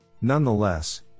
Nonetheless